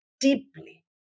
deeply